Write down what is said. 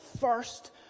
first